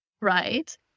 right